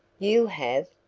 you have!